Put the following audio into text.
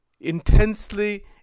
intensely